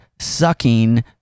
sucking